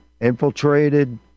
infiltrated